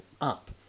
up